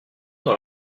dans